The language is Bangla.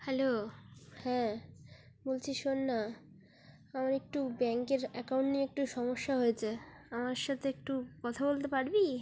হ্যালো হ্যাঁ বলছি শোন না আমার একটু ব্যাংকের অ্যাকাউন্ট নিয়ে একটু সমস্যা হয়েছে আমার সাথে একটু কথা বলতে পারবি